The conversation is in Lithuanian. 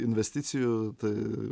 investicijų tai